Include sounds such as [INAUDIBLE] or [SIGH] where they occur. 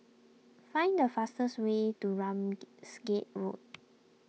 find the fastest way to Ramsgate Road [NOISE]